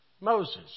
Moses